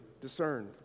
discerned